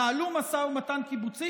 נהלו משא ומתן קיבוצי,